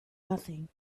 nothing